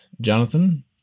Jonathan